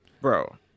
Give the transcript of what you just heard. Bro